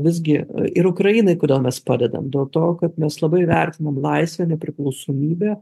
visgi ir ukrainai kodėl mes padedam dėl to kad mes labai vertinam laisvę nepriklausomybę